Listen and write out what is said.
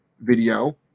video